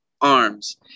arms